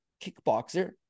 kickboxer